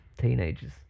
teenagers